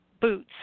boots